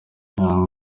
young